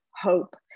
hope